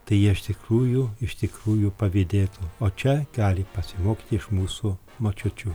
tai jie iš tikrųjų iš tikrųjų pavydėtų o čia gali pasimokyti iš mūsų močiučių